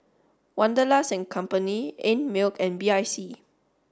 Wanderlust Company Einmilk and B I C